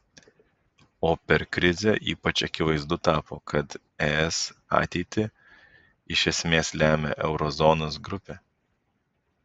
o per krizę ypač akivaizdu tapo kad es ateitį iš esmės lemia euro zonos grupė